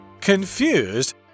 Confused